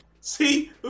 See